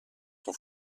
son